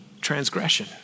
transgression